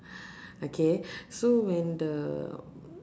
okay so when the